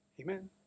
amen